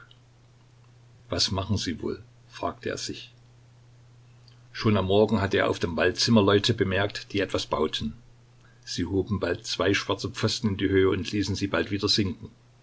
was machen sie wohl fragte er sich schon am morgen hatte er auf dem wall zimmerleute bemerkt die etwas bauten sie hoben bald zwei schwarze pfosten in die höhe und ließen sie bald wieder sinken